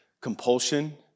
compulsion